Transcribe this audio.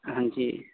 ہاں جی